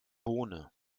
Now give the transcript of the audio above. bohne